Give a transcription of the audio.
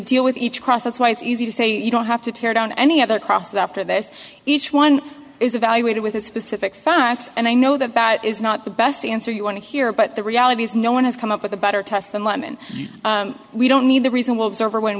deal with each cross that's why it's easy to say you don't have to tear down any other cross that after this each one is evaluated with a specific facts and i know that that is not the best answer you want to hear but the reality is no one has come up with a better test than lemon we don't need the reason whatsoever when